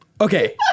Okay